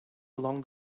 along